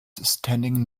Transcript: standing